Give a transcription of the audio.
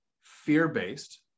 fear-based